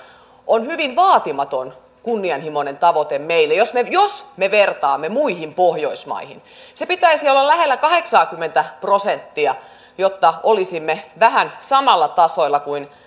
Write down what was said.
on myöskin hyvin vaatimaton kunnianhimoinen tavoite meille jos me vertaamme muihin pohjoismaihin sen pitäisi olla lähellä kahdeksaakymmentä prosenttia jotta olisimme vähän samalla tasolla kuin